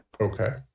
okay